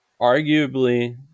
arguably